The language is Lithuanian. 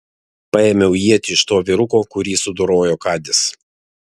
paėmiau ietį iš to vyruko kurį sudorojo kadis